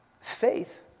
faith